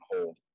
hold